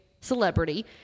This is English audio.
celebrity